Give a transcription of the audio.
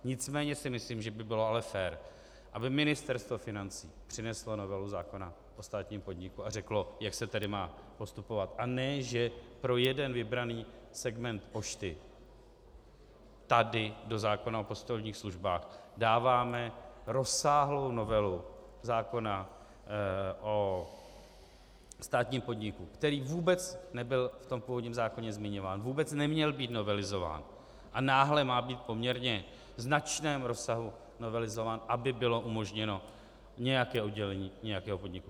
Nicméně si myslím, že by ale bylo fér, aby Ministerstvo financí přineslo novelu zákona o státním podniku a řeklo, jak se tedy má postupovat, a ne že pro jeden vybraný segment pošty tady do zákona o poštovních službách dáváme rozsáhlou novelu zákona o státním podniku, který vůbec nebyl v tom původním zákoně zmiňován, vůbec neměl být novelizován a náhle má být v poměrně značném rozsahu novelizován, aby bylo umožněno nějaké oddělení nějakého podniku.